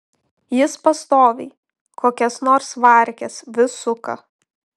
jis pastoviai kokias nors varkes vis suka